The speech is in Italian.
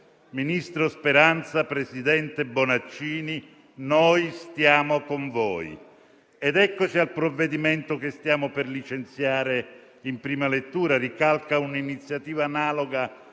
Ministro Speranza, presidente Bonaccini, noi stiamo con voi. Eccoci al provvedimento che stiamo per licenziare in prima lettura, che ricalca un'iniziativa analoga